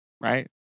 right